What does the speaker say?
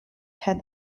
had